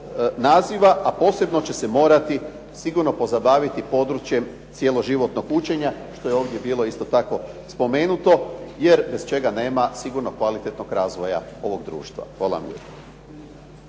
a posebno će se morati sigurno pozabaviti područjem cjeloživotnog učenja što je ovdje bilo isto tako spomenuto, jer bez čega nema sigurno kvalitetnog razvoja ovog društva. Hvala vam